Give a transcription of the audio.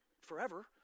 forever